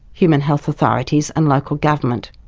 human health authorities and local government.